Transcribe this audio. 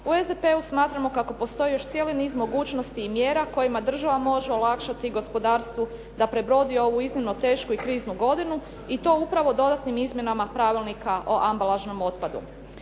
u SDP-u smatramo kako postoji još cijeli niz mogućnosti i mjera kojima država može olakšati gospodarstvu da prebrodi ovu iznimno tešku i kriznu godinu i to upravo dodatnim izmjenama Pravilnika o ambalažnom otpadu.